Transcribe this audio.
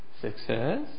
success